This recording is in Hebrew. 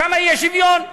שם יהיה שוויון?